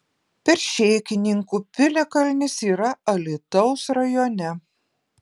peršėkininkų piliakalnis yra alytaus rajone